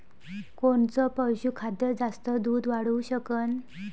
कोनचं पशुखाद्य जास्त दुध वाढवू शकन?